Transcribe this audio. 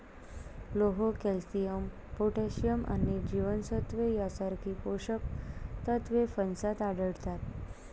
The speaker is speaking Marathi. लोह, कॅल्शियम, पोटॅशियम आणि जीवनसत्त्वे यांसारखी पोषक तत्वे फणसात आढळतात